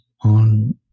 on